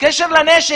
בקשר לנשק.